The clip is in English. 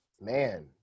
Man